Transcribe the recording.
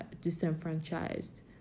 disenfranchised